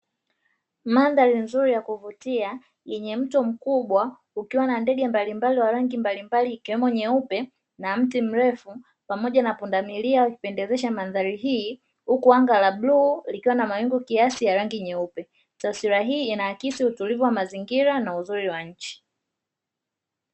Mandhari nzuri na ya kuvutia yenye mto mkubwa, ukiwa na ndege mbalimbali wa rangi mbalimbali ikiwemo nyeupe na mti mrefu pamoja na pundamilia, vikipendezesha mandhari hii huku anga la bluu likiwa na mawingu kiasi ya rangi nyeupe, hii inaakisi utulivu wa mazingira na uzuri wa nchi.